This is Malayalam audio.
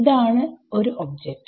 ഇതാണ് ഒരു ഒബ്ജക്റ്റ്